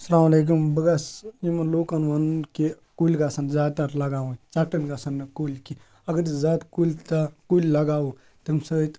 السلامُ علیکُم بہٕ گژھہِ یِمَن لُکن وَنُن کہِ کُلۍ گژھن زیادٕ تر لگاوٕنۍ ژٹٕنۍ گژھن نہٕ کُلۍ کینٛہہ اگر زیادٕ کُلۍ تہٕ کُلۍ لگاوو تَمہِ سۭتۍ